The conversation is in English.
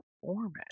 performance